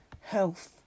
health